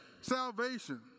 salvation